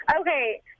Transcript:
Okay